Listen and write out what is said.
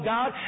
God